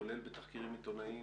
כולל בתחקירים עיתונאיים